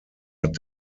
hat